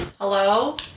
Hello